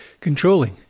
controlling